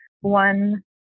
one